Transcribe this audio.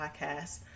podcast